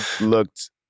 looked